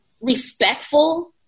respectful